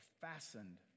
fastened